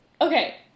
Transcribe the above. Okay